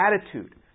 attitude